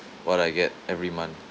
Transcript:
what I get every month